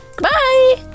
bye